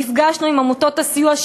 נפגשנו עם עמותות הסיוע,